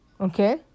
okay